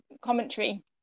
commentary